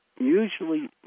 Usually